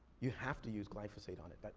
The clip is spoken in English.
you have to use glyphosate on it.